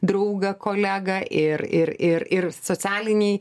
draugą kolegą ir ir ir ir socialinėj